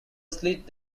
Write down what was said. slit